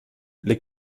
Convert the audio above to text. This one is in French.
les